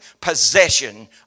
possession